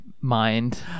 mind